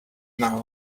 now